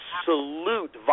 absolute